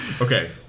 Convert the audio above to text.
Okay